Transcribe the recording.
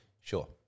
Sure